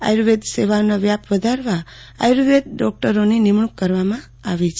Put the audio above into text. આયુ ર્વેદ સેવાઓનો વ્યાપ વધારવા આયુ ર્વેદ ડોક્ટરોની નિમણુંક કરવામાં આવી છે